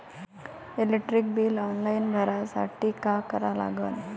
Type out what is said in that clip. Electric bill online भरासाठी का करा लागन?